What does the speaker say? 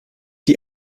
die